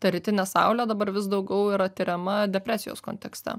ta rytinė saulė dabar vis daugiau yra tiriama depresijos kontekste